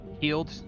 healed